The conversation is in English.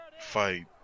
fight